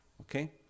Okay